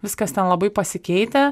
viskas ten labai pasikeitę